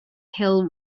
hill